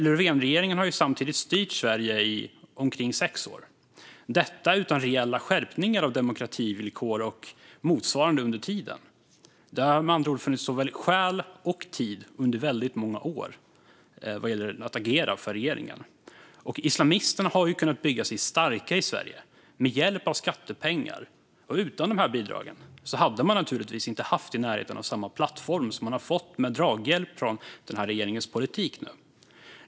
Löfvenregeringen har samtidigt styrt Sverige i omkring sex år - detta utan reella skärpningar av demokrativillkor och motsvarande under tiden. Det har med andra ord under väldigt många år funnits såväl skäl som tid för regeringen att agera. Islamisterna har kunnat bygga sig starka i Sverige med hjälp av skattepengar. Utan dessa bidrag hade man naturligtvis inte haft i närheten av samma plattform som man har fått med draghjälp från den här regeringens politik.